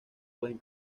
pueden